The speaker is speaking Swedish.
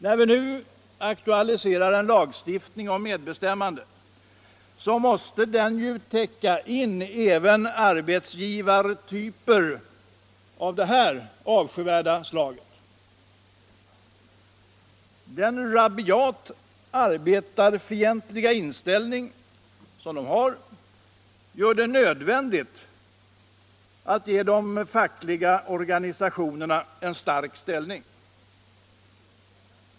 När vi nu aktualiserar en lagstiftning om medbestämmanderätt måste den täcka in även arbetsgivare av detta avskyvärda slag. Den rabiat arbetarfientliga inställning som de har gör det nödvändigt att ge de fackliga organisationerna en stark ställning.